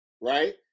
right